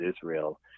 Israel